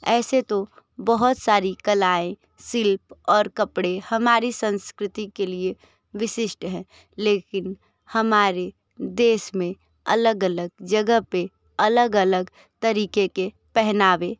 ऐसे तो बहुत सारी कलाएँ शिल्प और कपड़े हमारी संस्कृति के लिए विशिष्ट हैं लेकिन हमारे देश में अलग अलग जगह पे अलग अलग तरीके के पहनावे